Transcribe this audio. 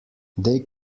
they